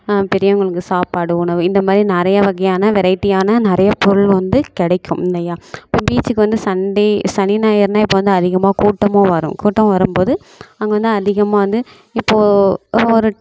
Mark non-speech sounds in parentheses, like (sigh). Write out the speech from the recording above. பெரியவங்களுக்கு சாப்பாடு உணவு இந்த மாதிரி நிறைய வகையான வெரைட்டியான நிறைய பொருள் வந்து கிடைக்கும் இல்லையா இப்போ பீச்சுக்கு வந்து சண்டே சனி ஞாயறுன்னா இப்போ வந்து அதிகமாக கூட்டமும் வரும் கூட்டம் வரும்போது அங்கே வந்து அதிகமாக வந்து இப்போது (unintelligible)